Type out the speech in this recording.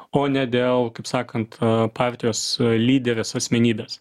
o ne dėl kaip sakant partijos lyderės asmenybės